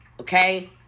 okay